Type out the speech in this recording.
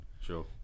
Sure